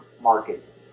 market